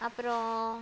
அப்புறோம்